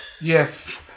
Yes